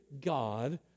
God